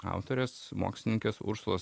autorės mokslininkės ursulos